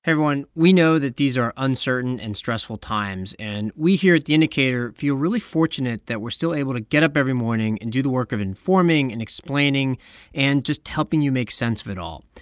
everyone. we know that these are uncertain and stressful times. and we here at the indicator feel really fortunate that we're still able to get up every morning and do the work of informing and explaining and just helping you make sense of it all.